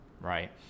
Right